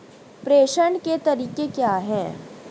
प्रेषण के तरीके क्या हैं?